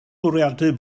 bwriadu